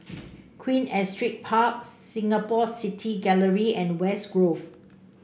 Queen Astrid Park Singapore City Gallery and West Grove